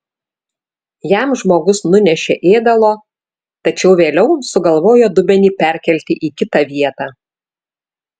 jam žmogus nunešė ėdalo tačiau vėliau sugalvojo dubenį perkelti į kitą vietą